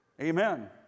Amen